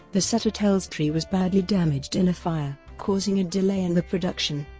the set at elstree was badly damaged in a fire, causing a delay in the production.